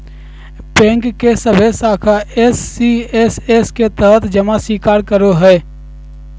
bank के सभे शाखा एस.सी.एस.एस के तहत जमा स्वीकार करो हइ